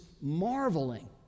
marveling